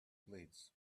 blades